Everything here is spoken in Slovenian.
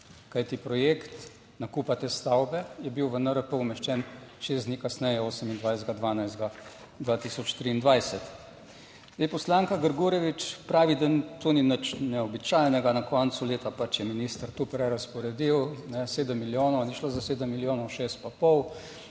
Kajti projekt nakupa te stavbe je bil v NRP umeščen šest dni kasneje, 28. 12. 2023. Zdaj, poslanka Grgurevič pravi, da to ni nič neobičajnega. Na koncu leta pač je minister to prerazporedil 7 milijonov. Ni šlo za 7 milijonov, šest pa pol.